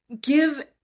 give